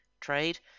trade